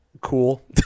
cool